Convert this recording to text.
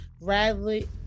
Riley